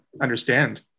understand